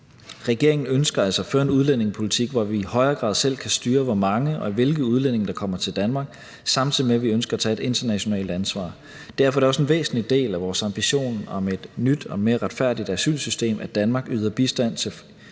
Regeringen ønsker altså at føre en udlændingepolitik, hvor vi i højere grad selv kan styre, hvor mange og hvilke udlændinge der kommer til Danmark, samtidig med at vi ønsker at tage et internationalt ansvar. Derfor er det også en væsentlig del af vores ambition om et nyt og mere retfærdigt asylsystem, at Danmark yder bistand til